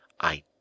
I